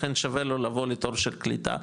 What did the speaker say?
לכן שווה לו לבוא לתור של קליטה,